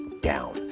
down